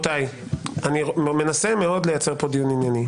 רבותיי, אני מנסה מאוד לייצר כאן דיון ענייני.